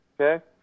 okay